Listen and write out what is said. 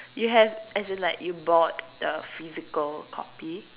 you have as in like you bought the physical copy